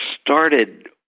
started